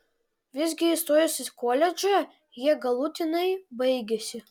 visgi įstojus į koledžą jie galutinai baigėsi